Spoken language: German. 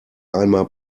einmal